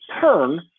turn